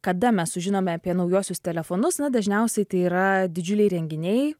kada mes sužinome apie naujuosius telefonus na dažniausiai tai yra didžiuliai renginiai